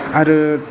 आरो